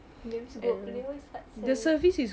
damn sibuk they never stop selling